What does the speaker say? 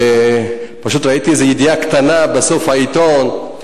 פשוט ראיתי את איזו ידיעה קטנה בסוף העיתון,